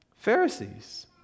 Pharisees